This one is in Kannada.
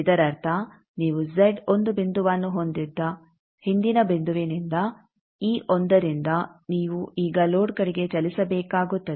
ಇದರರ್ಥ ನೀವು ಜೆಡ್ ಒಂದು ಬಿಂದುವನ್ನು ಹೊಂದಿದ್ದ ಹಿಂದಿನ ಬಿಂದುವಿನಿಂದ ಈ ಒಂದರಿಂದ ನೀವು ಈಗ ಲೋಡ್ ಕಡೆಗೆ ಚಲಿಸಬೇಕಾಗುತ್ತದೆ